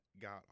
got